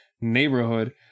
neighborhood